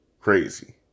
Crazy